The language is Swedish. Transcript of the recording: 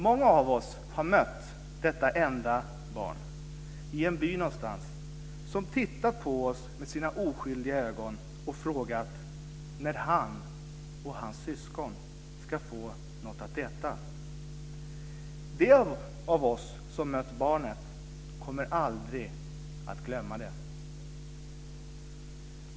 Många av oss har mött detta enda barn, i en by någonstans, som tittat på oss med sina oskyldiga ögon och frågat när han och hans syskon ska få något att äta. De av oss som mött barnet kommer aldrig att glömma det."